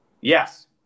yes